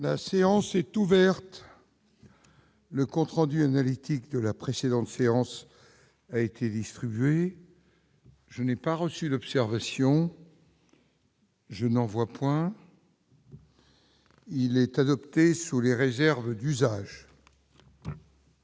La séance est ouverte, le compte rendu analytique de la précédente conférence a été distribué, je n'ai pas reçu l'observation. Je n'en vois point. Il est adopté sous les réserves d'usage.